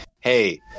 hey